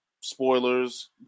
spoilers